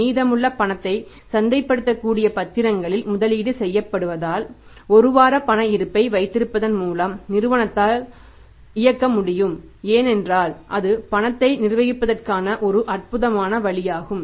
மீதமுள்ள பணத்தை சந்தைப்படுத்தக்கூடிய பத்திரங்களில் முதலீடு செய்யப்படுவதால் 1 வார பண இருப்பை வைத்திருப்பதன் மூலம் நிறுவனத்தால் இயக்க முடியும் என்றால் அது பணத்தை நிர்வகிப்பதற்கான ஒரு அற்புதமான வழியாகும்